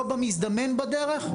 לא במזדמן בדרך.